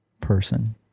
person